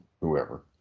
whoever